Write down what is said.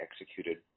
executed